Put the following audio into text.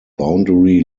boundary